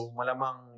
malamang